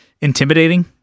intimidating